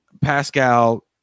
Pascal